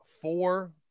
four –